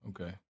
Okay